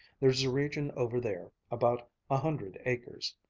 there's a region over there, about a hundred acres,